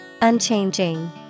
Unchanging